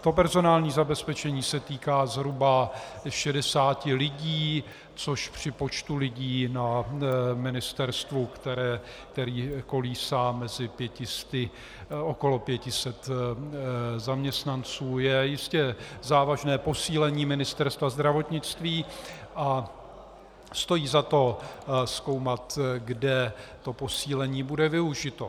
To personální zabezpečení se týká zhruba 60 lidí, což při počtu lidí na ministerstvu, který kolísá mezi 500... okolo 500 zaměstnanců, je jistě závažné posílení Ministerstva zdravotnictví a stojí za to zkoumat, kde to posílení bude využito.